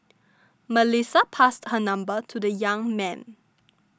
Melissa passed her number to the young man